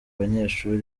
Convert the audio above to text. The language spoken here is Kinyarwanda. banyeshuri